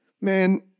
Man